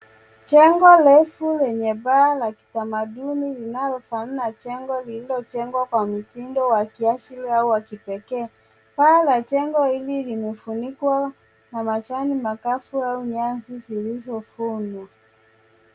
Jengo refu lenye paa la kitamaduni linalofanana na jengo lililojengwa kwa mitindo wa kiasili au wa kipekee. Paa la jengo hili limefunikwa na majani makavu au nyasi zilizofumwa.